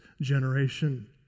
generation